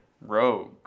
Rogue